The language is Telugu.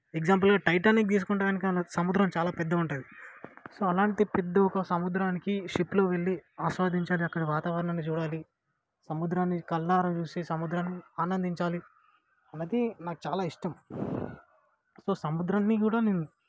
ఎక్సామ్పుల్గా టైటానిక్ తీసుకుంటే గనుక నాకు సముద్రం చాలా పెద్దగుంటుంది సో అలాంటి పెద్ద ఒక సముద్రానికి షిప్లో వెళ్ళి ఆస్వాదించేది అక్కడ వాతావరణాన్ని చూడాలి సముద్రాన్ని కళ్ళారా చూసి సముద్రాన్ని ఆనందించాలి అన్నది నాకు చాలా ఇష్టం సో సముద్రాన్ని కూడా నేను